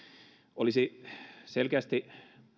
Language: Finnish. olisi selkeästi